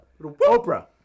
Oprah